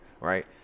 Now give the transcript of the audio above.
right